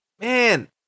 man